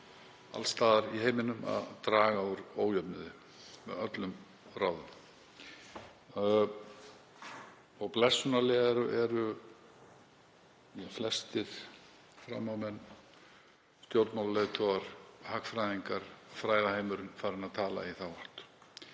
alls staðar í heiminum, að draga úr ójöfnuði með öllum ráðum. Blessunarlega eru flestir framámenn, stjórnmálaleiðtogar, hagfræðingar, fræðaheimurinn, farnir að tala í þá átt.